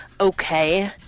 okay